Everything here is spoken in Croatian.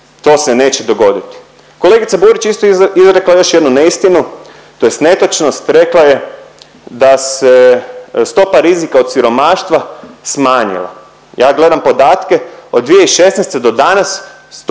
To se neće dogoditi. Kolegica Burić je isto još izrekla jednu neistinu tj. netočnost, rekla je da se stopa rizika od siromaštva smanjila. Ja gledam podatke od 2016. do danas